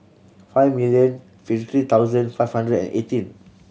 five million fifty thousand five hundred and eighteen